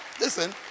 listen